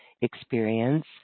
experience